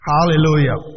Hallelujah